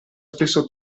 stesso